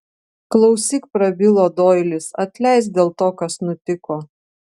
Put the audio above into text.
klausyk prabilo doilis atleisk dėl to kas nutiko